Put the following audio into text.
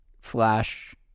Flash